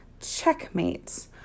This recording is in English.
Checkmate